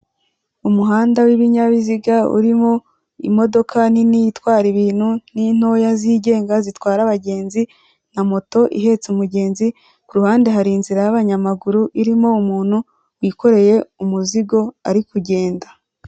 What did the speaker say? Umuhanda w'ibinyabiziga urimo imodoka nini itwara ibintu, n'intoya zigenga zitwara abagenzi, na moto ihetse umugenzi, ku ruhande hari inzira y'abanyamaguru irimo umuntu wikoreye umuzigo, ari kugenda.